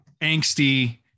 Angsty